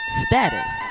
status